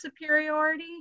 superiority